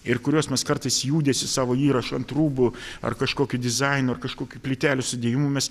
ir kuriuos mes kartais judesiu savo įrašu ant rūbų ar kažkokiu dizainu ar kažkokių plytelių sudėjimu mes